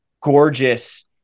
gorgeous